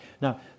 now